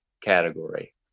category